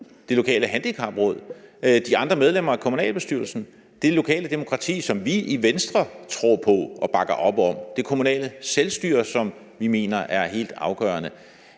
det lokale handicapråd, de andre medlemmer af kommunalbestyrelsen, det lokale demokrati, som vi i Venstre tror på og bakker op om, det kommunale selvstyre, som vi mener er helt afgørende.